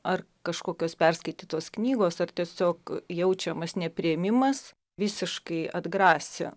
ar kažkokios perskaitytos knygos ar tiesiog jaučiamas nepriėmimas visiškai atgrasė